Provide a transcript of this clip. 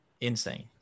Insane